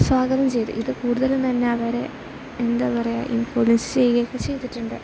സ്വാഗതം ചെയ്ത് ഇത് കൂടുതലും തന്നെ അവരെ എന്താ പറയുക ഇൻഫ്ലൂൻസ് ചെയ്യുകയൊക്കെ ചെയ്തിട്ടുണ്ട്